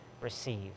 receive